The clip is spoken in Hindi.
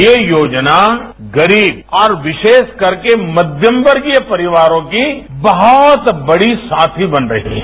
ये योजना गरीब और विशेषकर के मध्यम वर्गीय परिवारों की बहत बड़ी साथी बन रही है